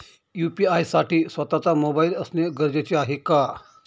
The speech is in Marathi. यू.पी.आय साठी स्वत:चा मोबाईल असणे गरजेचे आहे का?